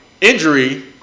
injury